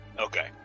Okay